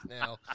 now